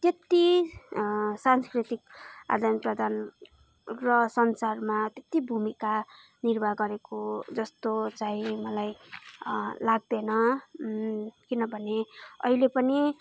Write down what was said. त्यत्ति सांस्कृतिक आदान प्रदान र संसारमा त्यत्ति भूमिका निर्वाह गरेको जस्तो चाहिँ मलाई लाग्दैन किनभने अहिले पनि